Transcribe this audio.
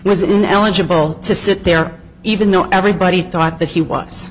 was ineligible to sit there even though everybody thought that he was